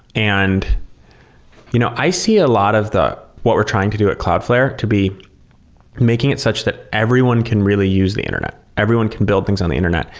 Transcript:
and you know i see a lot of what we're trying to do at cloudflare to be making it such that everyone can really use the internet. everyone can build things on the internet.